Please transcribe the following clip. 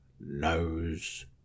knows